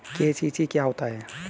KCC क्या होता है?